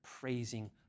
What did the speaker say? praising